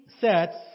sets